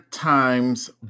Times